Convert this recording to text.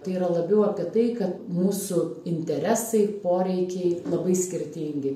tai yra labiau apie tai kad mūsų interesai poreikiai labai skirtingi